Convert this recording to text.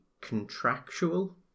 contractual